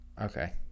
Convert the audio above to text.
Okay